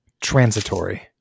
transitory